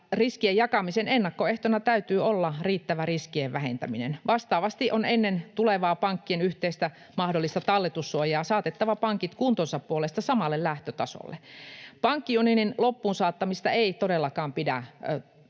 riskien jakamisen ennakkoehtona täytyy olla riittävä riskien vähentäminen. Vastaavasti on ennen mahdollista tulevaa pankkien yhteistä talletussuojaa saatettava pankit kuntonsa puolesta samalle lähtötasolle. Pankkiunionin loppuunsaattamista ei todellakaan pidä toteuttaa